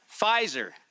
Pfizer